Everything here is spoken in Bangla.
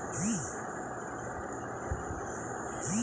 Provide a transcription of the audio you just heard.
এমন ব্যাঙ্ক যাতে টাকা রাখলে লোকেরা সুদ পায়